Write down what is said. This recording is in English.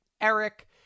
Eric